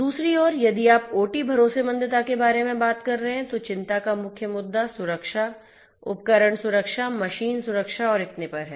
दूसरी ओर यदि आप ओटी भरोसेमंदता के बारे में बात कर रहे हैं तो चिंता का मुख्य मुद्दा सुरक्षा उपकरण सुरक्षा मशीन सुरक्षा और इतने पर हैं